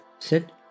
Sit